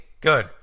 good